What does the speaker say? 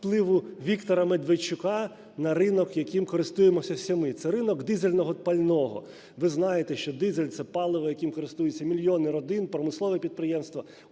Віктора Медведчука на ринок, яким користуємось всі ми, - це ринок дизельного пального. Ви знаєте, що дизель – це паливо, яким користуються мільйони родин, промислові підприємства,